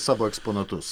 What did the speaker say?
savo eksponatus